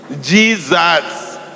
Jesus